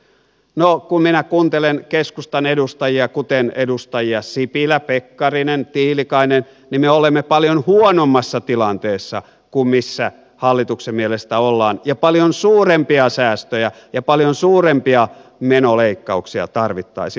no kun minä kuuntelen keskustan edustajia kuten edustajia sipilä pekkarinen tiilikainen niin me olemme paljon huonommassa tilanteessa kuin missä hallituksen mielestä ollaan ja paljon suurempia säästöjä ja paljon suurempia menoleikkauksia tarvittaisiin